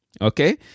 Okay